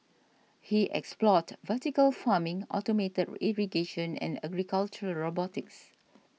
he explored vertical farming automated irrigation and agricultural robotics